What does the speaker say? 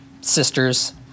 sisters